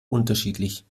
unterschiedlich